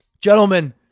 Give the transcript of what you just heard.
Gentlemen